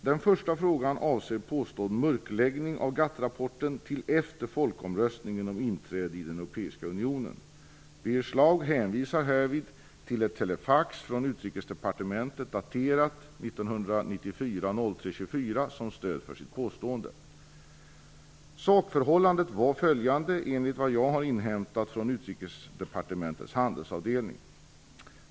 Den första frågan avser påstådd mörkläggning av GATT-rapporten till efter folkomröstningen om inträde i den europeiska unionen. Birger Schlaug hänvisar härvid till ett telefax från Utrikesdepartementet daterat den 24 mars 1994 som stöd för sitt påstående. Sakförhållandet var följande, enligt vad jag har inhämtat från Utrikesdepartementets handelsavdelning.